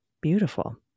Beautiful